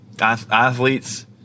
athletes